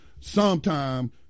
sometime